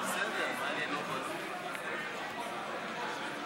אני חייב לציין מיקי,